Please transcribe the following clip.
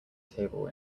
table